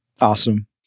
Awesome